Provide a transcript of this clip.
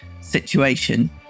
situation